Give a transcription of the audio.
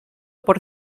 por